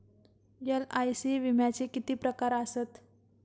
LIC विम्याचे किती प्रकार आसत?